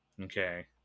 okay